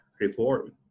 reform